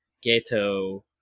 ghetto